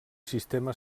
sistema